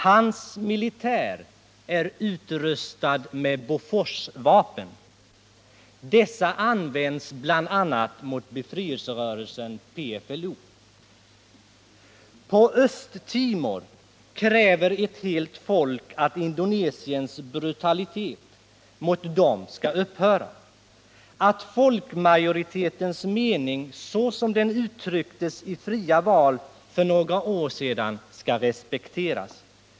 Hans militär är utrustad med Boforsvapen. Dessa används mot befrielserörelsen PFLO. På Östtimor kräver ett helt folk att Indonesiens brutalitet skall upphöra, att folkmajoritetens mening, såsom den uttrycktes i fria val för några år sedan, skall respekteras.